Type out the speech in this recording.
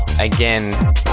again